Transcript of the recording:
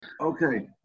Okay